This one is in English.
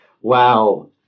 Wow